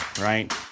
right